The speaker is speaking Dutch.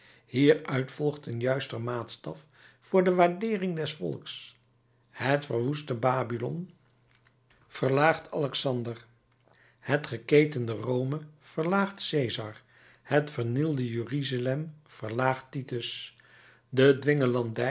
hieruit volgt een juister maatstaf voor de waardeering des volks het verwoeste babylon verlaagt alexander het geketende rome verlaagt cesar het vernielde jeruzalem verlaagt titus de